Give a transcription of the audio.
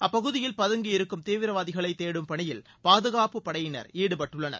அப்பகுதியில் பதங்கியிருக்கும் தீவிரவாதிகளை தேடும் பணியில் பாதகாப்புப் படையினர் ஈடுபட்டுள்ளனர்